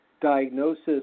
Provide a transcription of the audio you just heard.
diagnosis